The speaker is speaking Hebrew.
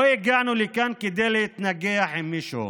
לא הגענו לכאן כדי להתנגח עם מישהו.